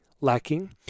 lacking